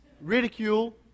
ridicule